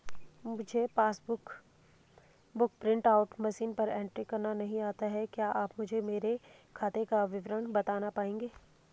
मुझे passbook book print out machine पर entry करना नहीं आता है क्या आप मुझे मेरे खाते का विवरण बताना पाएंगे?